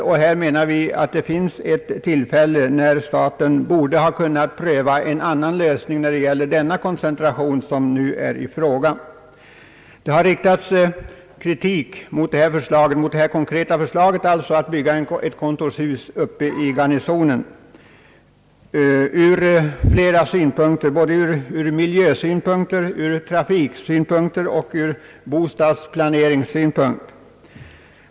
När det gäller den koncentration som nu är i fråga borde staten ha kunnat pröva också en annan lösning. Kritik har riktats mot det konkreta förslaget att bygga ett kontorshus i kvarteret Garnisonen ur flera synpunkter, framför allt ur miljösynpunkt, trafikoch bostadsplaneringssynpunkt.